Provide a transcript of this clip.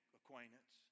acquaintance